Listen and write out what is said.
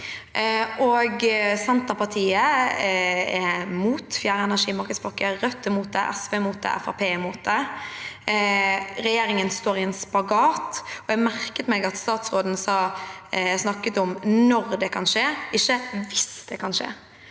Senterpartiet er mot fjerde energimarkedspakke, Rødt er mot den, SV er mot den, og Fremskrittspartiet er mot den. Regjeringen står i en spagat. Jeg merket meg at statsråden snakket om når det kan skje, ikke hvis det kan skje.